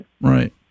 Right